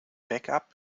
backup